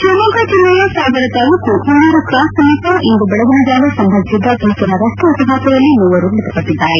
ಶಿವಮೊಗ್ಗ ಜಿಲ್ಲೆಯ ಸಾಗರ ತಾಲೂಕು ಉಳೂರು ಕ್ರಾಸ್ ಸಮೀಪ ಇಂದು ಬೆಳಗಿನಜಾವ ಸಂಭವಿಸಿದ ಭೀಕರ ರಸ್ತೆ ಅಪಘಾತದಲ್ಲಿ ಮೂವರು ಮೃತಪಟ್ಟಿದ್ದಾರೆ